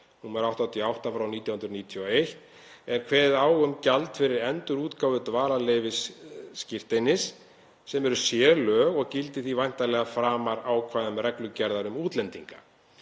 nr. 88/1991, er kveðið á um gjald fyrir endurútgáfu dvalarleyfisskírteinis sem eru sérlög og gildi því væntanlega framar ákvæðum reglugerðar um útlendinga.